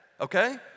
okay